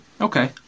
Okay